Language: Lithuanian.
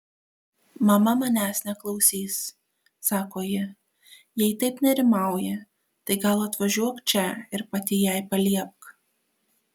mama manęs neklausys sako ji jei taip nerimauji tai gal atvažiuok čia ir pati jai paliepk